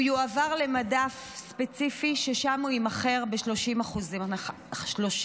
הוא יועבר למדף ספציפי ששם הוא יימכר ב-30% הנחה.